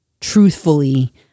truthfully